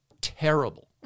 terrible